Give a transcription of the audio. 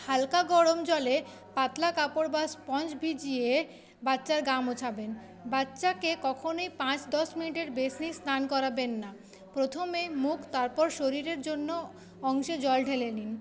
হালকা গরম জলে পাতলা কাপড় বা স্পঞ্জ ভিজিয়ে বাচ্চার গা মোছাবেন বাচ্চাকে কখনোই পাঁচ দশ মিনিটের বেশি স্নান করাবেন না প্রথমে মুখ তারপর শরীরের জন্য অংশে জল ঢেলে নিন